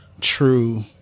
true